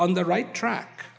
on the right track